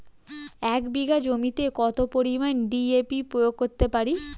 এক বিঘা জমিতে কত পরিমান ডি.এ.পি প্রয়োগ করতে পারি?